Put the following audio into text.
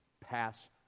pass